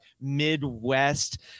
Midwest